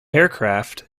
aircraft